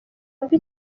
wumve